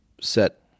set